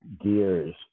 gears